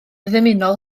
ddymunol